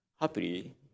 Happily